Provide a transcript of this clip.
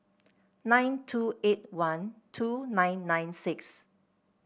nine two eight one two nine nine six